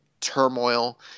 turmoil